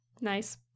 nice